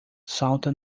salta